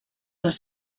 els